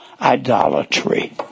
idolatry